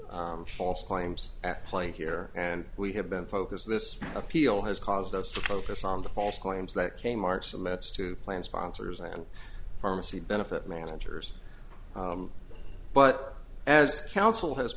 of false claims at play here and we have been focused this appeal has caused us to focus on the false claims that kmart's and that's to plan sponsors and pharmacy benefit managers but as counsel has